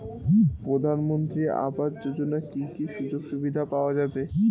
প্রধানমন্ত্রী আবাস যোজনা কি কি সুযোগ সুবিধা পাওয়া যাবে?